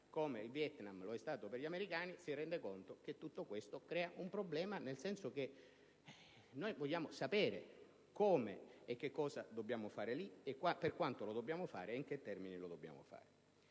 come il Vietnam lo è stato per gli americani si rende conto che tutto questo crea un problema, nel senso che noi vogliamo sapere come e cosa dobbiamo fare lì, per quanto lo dobbiamo fare e in che termini. Lei, molto